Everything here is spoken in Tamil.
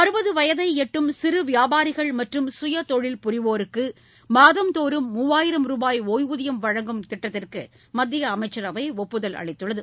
அறுபது வயதை எட்டும் சிறு வியாபாரிகள் மற்றும் சுயதொழில் புரிவோருக்கு மாதந்தோறும் மூவாயிரம் ரூபாய் ஒய்வூதியம் வழங்கும் திட்டத்திற்கு மத்திய அமைச்சரவை ஒப்புதல் அளித்துள்ளது